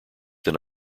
than